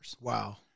Wow